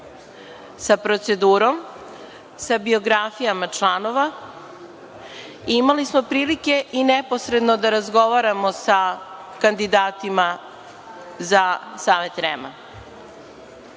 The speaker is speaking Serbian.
sa procedurom, sa biografijama članova. Imali smo prilike i neposredno da razgovaramo sa kandidatima za Savet REM-a.